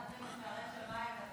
היא פותחת לכם את שערי השמיים בתפילות.